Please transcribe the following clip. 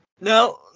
No